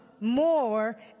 more